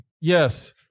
Yes